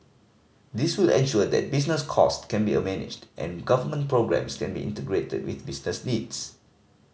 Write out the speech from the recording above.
this will ensure that business cost can be a managed and government programmes can be integrated with business needs